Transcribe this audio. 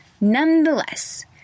Nonetheless